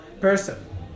person